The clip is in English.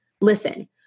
Listen